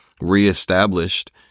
reestablished